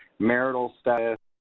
marital status,